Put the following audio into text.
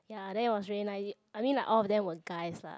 ya then it was really nice I mean like all of them were guys lah